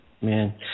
man